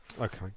okay